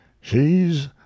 She's